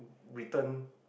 return